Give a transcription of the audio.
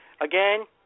Again